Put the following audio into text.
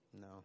no